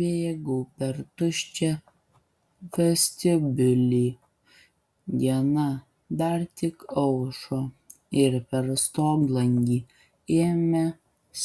bėgau per tuščią vestibiulį diena dar tik aušo ir per stoglangį ėmė